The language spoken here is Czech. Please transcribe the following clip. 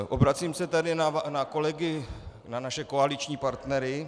Obracím se tedy na kolegy na naše koaliční partnery.